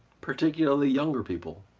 particularly younger people,